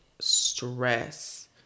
stress